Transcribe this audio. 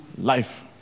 life